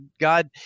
God